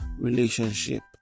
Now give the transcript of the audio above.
relationship